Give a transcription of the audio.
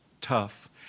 tough